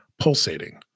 pulsating